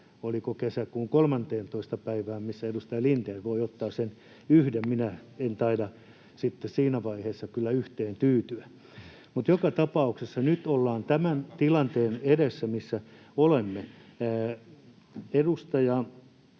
oliko kesäkuun 13. päivään, edustaja Lindén voi ottaa sen yhden. Minä en taida sitten siinä vaiheessa kyllä yhteen tyytyä. Mutta joka tapauksessa nyt ollaan tämän tilanteen edessä, missä olemme. Edustaja